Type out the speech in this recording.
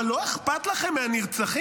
אבל לא אכפת לכם מהנרצחים?